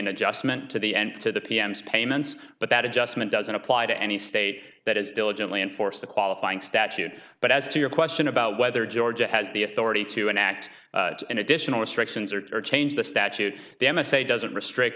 an adjustment to the end to the p m s payments but that adjustment doesn't apply to any state that is diligently enforce the qualifying statute but as to your question about whether georgia has the authority to enact an additional restrictions or change the statute the m s a doesn't restrict